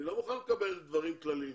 אני לא מוכן לקבל דברים כלליים.